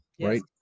right